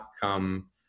come